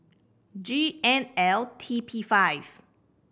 G N L T P five